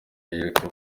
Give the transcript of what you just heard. yereka